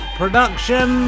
production